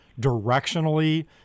directionally